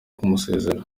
kumusezera